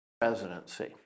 presidency